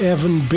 Evan